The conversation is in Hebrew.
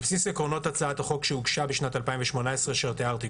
על בסיס עקרונות הצעת החוק שהוגשה בשנת 2018 בהתייחס